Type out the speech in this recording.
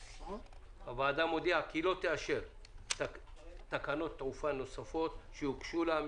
הוועדה מודיעה כי לא תאשר תקנות תעופה נוספות שיוגשו לה,